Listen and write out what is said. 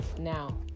now